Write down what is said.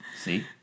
See